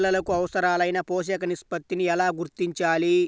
నేలలకు అవసరాలైన పోషక నిష్పత్తిని ఎలా గుర్తించాలి?